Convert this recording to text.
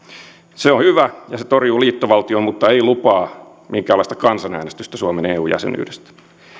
se on hyvä ja se torjuu liittovaltion mutta ei lupaa minkäänlaista kansanäänestystä suomen eu jäsenyydestä